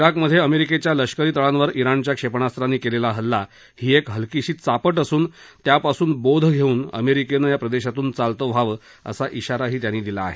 जिकमध्ये अमेरिकेच्या लष्करी तळांवर ज्ञाणच्या क्षेपणास्त्रांनी केलेला हल्ला ही एक हलकीशी चापट असून त्यापासून बोध घेऊन अमेरिकेनं या प्रदेशातून चालतं व्हावं असा शिराही त्यांनी दिला आहे